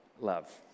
love